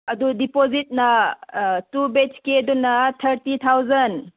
ꯑꯗꯨ ꯗꯤꯄꯣꯖꯤꯠꯅ ꯇꯨ ꯕꯦꯗꯁꯀꯦꯗꯨꯅ ꯊꯥꯔꯇꯤ ꯊꯥꯎꯖꯟ